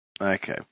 Okay